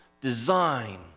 design